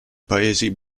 paesi